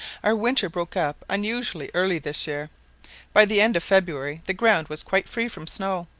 our winter broke up unusually early this year by the end of february the ground was quite free from snow,